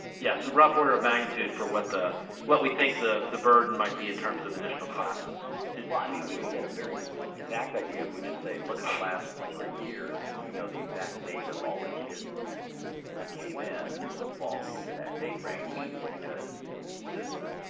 yes a rough order of magnitude for what the what we think the the burden might be in terms of additional classes. sort of well i mean we can get a very exact idea if we just say look at the last three years because we know the exact date of all the kids who came in who would fall into that date range because the the